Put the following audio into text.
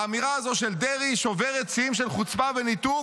האמירה הזאת של דרעי שוברת שיאים של חוצפה וניתוק.